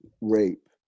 rape